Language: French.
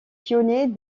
pionniers